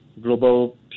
global